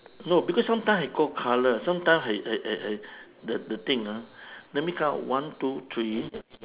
no because sometime hai go colour sometime hai hai hai hai the the thing ah let me count one two three